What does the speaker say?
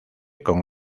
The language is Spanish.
con